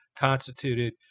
constituted